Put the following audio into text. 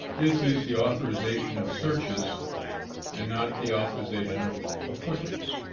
this is the authorization of searches and not the authorization of appointments.